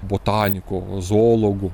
botaniku zoologu